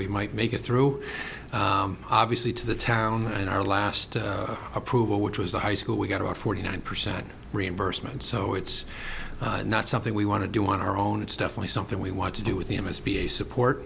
we might make it through obviously to the town and our last approval which was the high school we got our forty nine percent reimbursement so it's not something we want to do want our own it's definitely something we want to do with the m s b a support